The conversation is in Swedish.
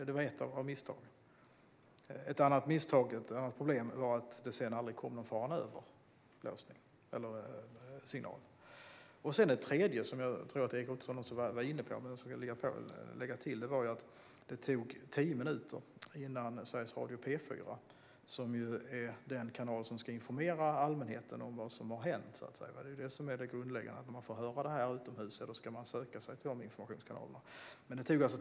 Det var ett av misstagen. Ett annat fel var att det sedan aldrig kom någon faran-över-signal. Ett tredje fel som jag vill lägga till, och som jag tror att Erik Ottoson var inne på, var att det tog tio minuter innan Sveriges Radio P4 fick veta att larmet var falskt. Sveriges Radio P4 är den kanal som ska informera allmänheten om vad som hänt. Det grundläggande är att om man hör VMA utomhus ska man söka sig till de informationskanalerna.